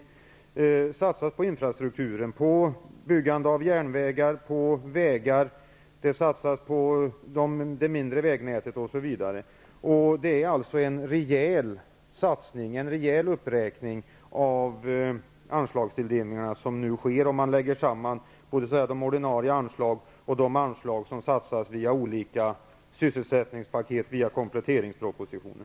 Det satsas nu på infrastrukturen, på byggandet av järnvägar och vägar. Det satsas också på det mindre vägnätet. Det är fråga om en rejäl satsning och uppräkning av anslagstilldelningarna, om man lägger samman de ordinarie anslagen och de anslag som satsas via olika sysselsättningspaket i kompletteringspropositionen.